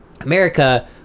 america